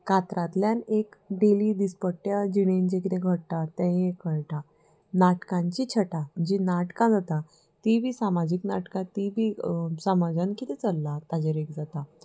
कातरांतल्यान एक डेली दिसपट्ट्या जिणेन जें कितें घडटा तेंय एक कळटा नाटकांची छटा जीं नाटकां जाता तीं बी सामाजीक नाटकां ती बी समाजान कितें चल्लां ताजेर एक जाता